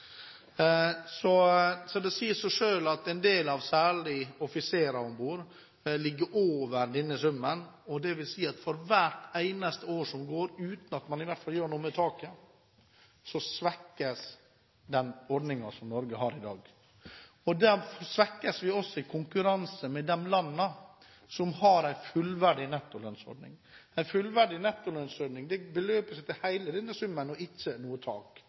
Så sier det seg selv at en del, særlig offiserer om bord, ligger over denne summen. Det vil si at for hvert eneste år som går uten at man i hvert fall gjør noe med taket, svekkes den ordningen som Norge har i dag – og derfor svekkes vi også i konkurranse med de landene som har en fullverdig nettolønnsordning. En fullverdig nettolønnsordning beløper seg til hele denne summen – ikke noe tak.